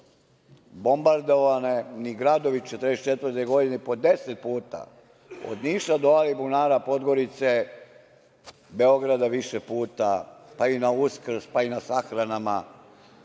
bombardovani gradovi 1944. godine po deset puta, od Niša do Alibunara, Podgorice, Beograda više puta, pa i na Uskrs, pa i na sahranama,